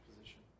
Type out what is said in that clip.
position